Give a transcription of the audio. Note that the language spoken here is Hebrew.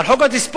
על חוק התספורת,